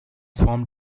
formed